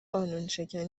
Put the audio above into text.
قانونشکنی